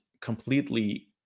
completely